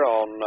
on